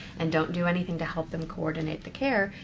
and don't do anything to help them coordinate the care,